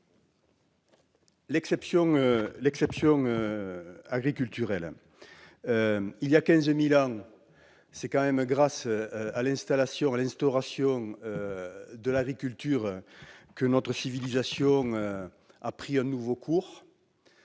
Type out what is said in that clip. l'exception agriculturelle. Voilà 15 000 ans, c'est grâce à l'instauration de l'agriculture que notre civilisation a pris un nouveau cours.